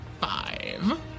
five